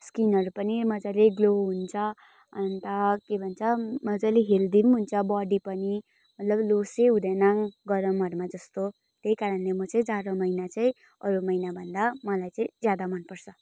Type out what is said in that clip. स्किनहरू पनि मजाले ग्लो हुन्छ अन्त के भन्छ मजाले हेल्दी नि हुन्छ बडी पनि मतलब लो लोसे हुँदैन गरमहरूमा जस्तो त्यही कारणले म चाहिँ जाडो महिना चाहिँ अरू महिनाभन्दा मलाई चाहिँ ज्यादा मन पर्छ